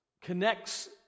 connects